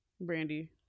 Brandy